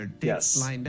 yes